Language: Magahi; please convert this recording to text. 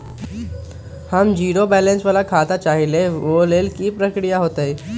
हम जीरो बैलेंस वाला खाता चाहइले वो लेल की की प्रक्रिया होतई?